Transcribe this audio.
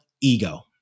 ego